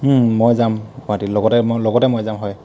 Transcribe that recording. মই যাম গুৱাহাটী লগতে মই লগতে যাম হয়